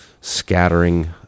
scattering